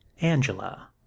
Angela